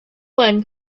one